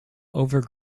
over